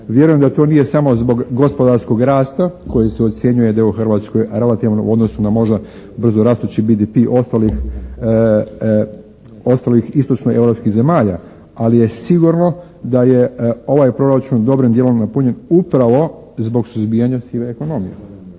Vjerujem da to nije samo zbog gospodarskog rasta koji se ocjenjuje da je u Hrvatskoj relativno u odnosu na možda brzorastući BDP ostalih istočnoeuropskih zemalja. Ali je sigurno da je ovaj proračun dobrim dijelom napunjen upravo zbog suzbijanja sive ekonomije,